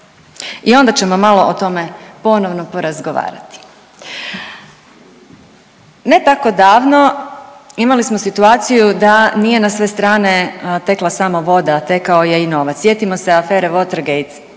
I onda ćemo malo o tome ponovno porazgovarati. Ne tako davno, imali smo situaciju da nije na sve strane tekla samo voda, tekao je i novac. Sjetimo se afere Watergate,